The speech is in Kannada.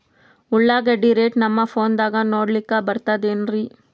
ಉಳ್ಳಾಗಡ್ಡಿ ರೇಟ್ ನಮ್ ಫೋನದಾಗ ನೋಡಕೊಲಿಕ ಬರತದೆನ್ರಿ?